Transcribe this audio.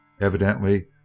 Evidently